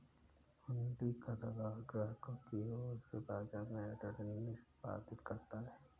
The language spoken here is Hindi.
हुंडी का दलाल ग्राहकों की ओर से बाजार में ऑर्डर निष्पादित करता है